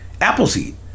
Appleseed